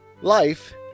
Life